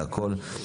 לכל.